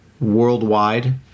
worldwide